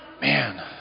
Man